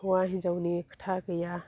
हौवा हिन्जावनि खोथा गैया